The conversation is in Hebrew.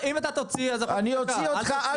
אני אוציא אותך.